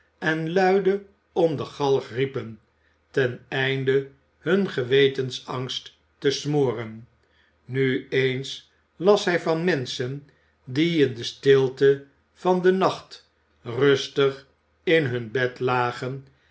en luide om de galg riepen ten einde hun gewetensangst te smoren nu eens las hij van menschen die in de stilte van den nacht rustig in hun bed lagen